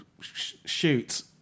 shoot